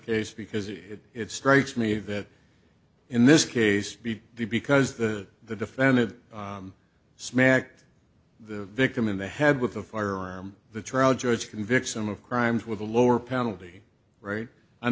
case because it it strikes me that in this case be the because the the defendant smacked the victim in the head with a firearm the trial judge convicts some of crimes with a lower penalty right on